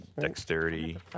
Dexterity